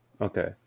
Okay